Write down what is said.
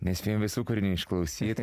nespėjom visų kūrinių išklausyt